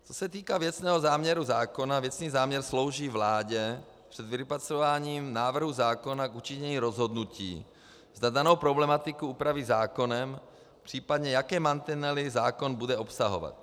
Co se týká věcného záměru zákona, věcný záměr slouží vládě před vypracováním návrhu zákona k učinění rozhodnutí, zda danou problematiku upraví zákonem, případně jaké mantinely zákon bude obsahovat.